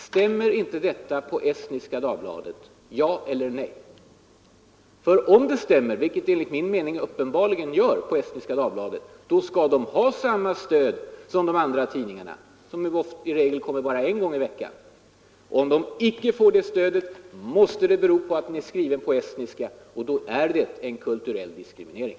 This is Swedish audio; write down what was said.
Stämmer inte detta på Estniska Dagbladet? Ja eller nej! Om det stämmer på Estniska Dagbladet — vilket det enligt min mening uppenbarligen gör — så skall den tidningen ha samma stöd som andra tidningar som i regel bara utkommer en gång i veckan. Om tidningen inte får det stödet, måste det bero på att den är skriven på estniska. Då är det en kulturell diskriminering.